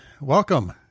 welcome